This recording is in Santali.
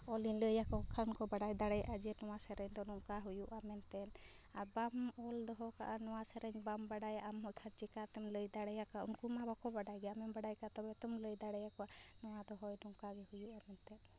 ᱚᱞᱤᱧ ᱞᱟᱹᱭ ᱟᱠ ᱠᱷᱟᱱ ᱠᱚ ᱵᱟᱰᱟᱭ ᱫᱟᱲᱮᱭᱟᱜᱼᱟ ᱱᱚᱣᱟ ᱥᱮᱨᱮᱧ ᱫᱚ ᱱᱚᱝᱠᱟ ᱦᱩᱭᱩᱜᱼᱟ ᱢᱮᱱᱛᱮᱫ ᱟᱨ ᱵᱟᱢ ᱚᱞ ᱫᱚᱦᱚ ᱠᱟᱜᱟ ᱱᱚᱣᱟ ᱥᱮᱨᱮᱧ ᱟᱨ ᱵᱟᱢ ᱵᱟᱰᱟᱭᱟ ᱟᱢ ᱦᱚᱸ ᱠᱷᱟᱡ ᱪᱤᱠᱟᱛᱮᱢ ᱞᱟᱹᱭ ᱫᱟᱲᱮᱭᱟᱠᱚᱣᱟ ᱩᱱᱠᱩᱢᱟ ᱵᱟᱠᱚ ᱵᱟᱰᱟᱭ ᱜᱮᱭᱟ ᱟᱢᱮᱢ ᱵᱟᱰᱟᱭ ᱠᱟᱜᱟ ᱛᱚᱵᱮ ᱛᱚᱢ ᱞᱟᱹᱭ ᱫᱟᱲᱮᱣᱟᱠᱚᱣᱟ ᱱᱚᱣᱟ ᱫᱚ ᱦᱳᱭ ᱱᱚᱝᱠᱟ ᱜᱮ ᱦᱩᱭᱩᱜᱼᱟ ᱢᱮᱱᱛᱮ